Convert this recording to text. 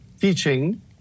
teaching